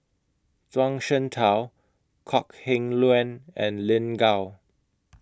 Zhuang Shengtao Kok Heng Leun and Lin Gao